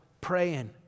Praying